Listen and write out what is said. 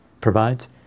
provides